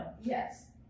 Yes